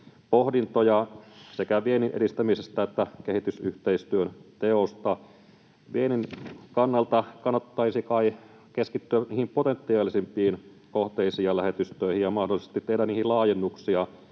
pohdintoja sekä viennin edistämisestä että kehitysyhteistyön teosta. Viennin kannalta kannattaisi kai keskittyä niihin potentiaalisimpiin kohteisiin ja lähetystöihin, ja mahdollisesti tehdä niihin laajennuksia,